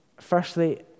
Firstly